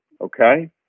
okay